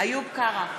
איוב קרא,